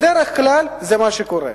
בדרך כלל זה מה שקורה.